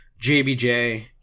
JBJ –